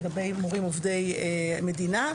לגבי מורים עובדי מדינה,